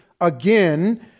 again